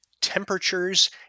temperatures